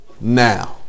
now